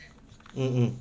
mmhmm